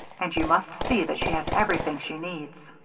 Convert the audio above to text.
and you must see that she has everything she needs.